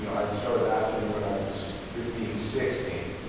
and i'd started acting when i was fifteen, sixteen,